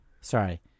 Sorry